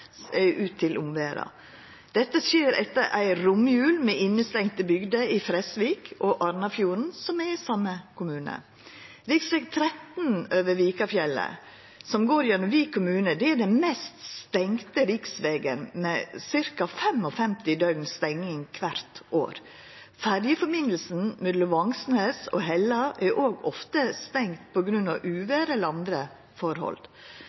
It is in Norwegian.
ut til omverda. Dette skjer etter ei romjul med innestengde bygder i Fresvik og i Arnafjord, som er i same kommune. Riksveg 13 over Vikafjellet, som går gjennom Vik kommune, er den mest stengde riksvegen med ca. 55 døgn stenging kvart år. Ferjesambandet mellom Vangsnes og Hella er òg ofte stengt